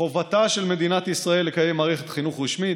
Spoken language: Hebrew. חובתה של מדינת ישראל לקיים מערכת חינוך רשמית.